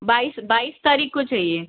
बाईस बाईस तारीख को चाहिए